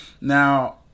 Now